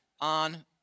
on